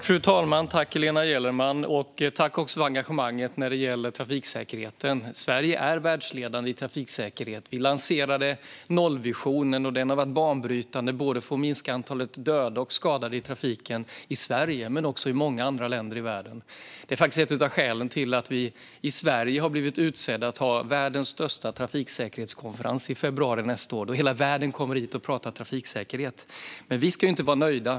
Fru talman! Tack, Helena Gellerman, för engagemanget när det gäller trafiksäkerheten! Sverige är världsledande i trafiksäkerhet. Vi lanserade nollvisionen, och den har varit banbrytande för att minska antalet döda och skadade i trafiken både i Sverige och i många andra länder i världen. Det är faktiskt ett av skälen till att vi i Sverige har blivit utsedda att ha världens största trafiksäkerhetskonferens i februari nästa år, då hela världen kommer hit och pratar trafiksäkerhet. Men vi ska inte vara nöjda.